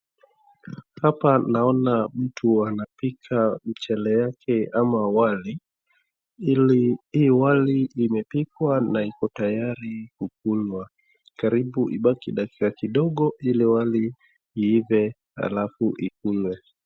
Hapa naona mtu anipika mchele yake ama wali, ili hii wali imepikwa na iko tayari kukulwa. Karibu ibaki dakika kidogo ili wali iive alafu ikulwe.